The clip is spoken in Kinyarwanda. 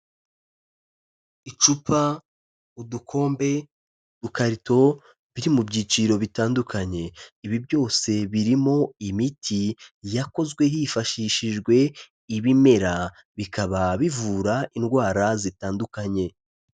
Icupa, udukombe, udukarito, biri mu byiciro bitandukanye. Ibi byose birimo imiti yakozwe hifashishijwe ibimera, bikaba bivura indwara zitandukanye.